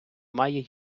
має